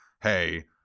hey